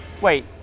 Wait